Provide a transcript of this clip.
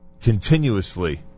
continuously